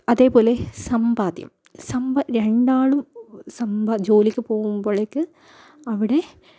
അതേപോലെ സമ്പാദ്യം സമ്പ രണ്ടാളും സമ്പ ജോലിക്ക് പോകുമ്പോളേക്ക് അവിടെ